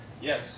Yes